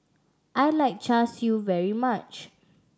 I like Char Siu very much